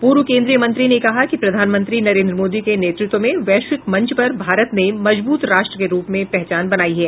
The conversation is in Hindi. पूर्व केन्द्रीय मंत्री ने कहा कि प्रधानमंत्री नरेन्द्र मोदी के नेतृत्व में वैश्विक मंच पर भारत ने मजबूत राष्ट्र के रूप में पहचान बनायी है